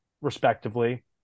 respectively